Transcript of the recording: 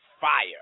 fire